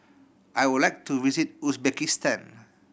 I would like to visit Uzbekistan